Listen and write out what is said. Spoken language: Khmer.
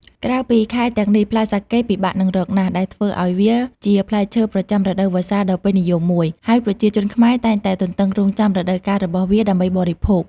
ក្រៅពីខែទាំងនេះ ផ្លែសាកេពិបាកនឹងរកណាស់ ដែលធ្វើឲ្យវាជាផ្លែឈើប្រចាំរដូវវស្សាដ៏ពេញនិយមមួយ ហើយប្រជាជនខ្មែរតែងតែទន្ទឹងរង់ចាំរដូវកាលរបស់វាដើម្បីបរិភោគ។